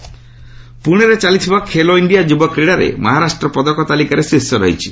Khelo India ପୁଣେଠାରେ ଚାଲିଥିବା Khelo India ଯୁବ କ୍ରୀଡ଼ାରେ ମହାରାଷ୍ଟ୍ର ପଦକ ତାଲିକାରେ ଶୀର୍ଷରେ ରହିଛି